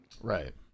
Right